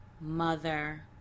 mother